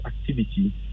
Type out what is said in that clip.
activity